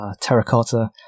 terracotta